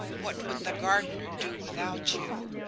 what would the gardener do without you?